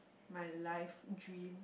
my life dream